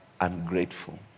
ungrateful